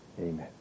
Amen